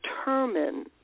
determine